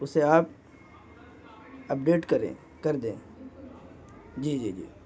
اسے آپ اپڈیٹ کریں کر دیں جی جی جی